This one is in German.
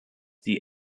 die